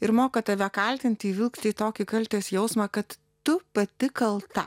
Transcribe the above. ir moka tave kaltinti įvilkt į tokį kaltės jausmą kad tu pati kalta